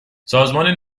سازمان